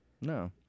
No